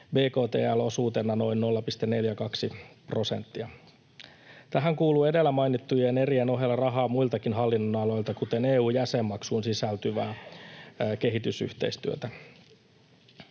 bktl-osuutena noin 0,42 prosenttia. Tähän kuuluu edellä mainittujen erien ohella rahaa muiltakin hallinnonaloilta, kuten EU-jäsenmaksuun sisältyvää kehitysyhteistyötä.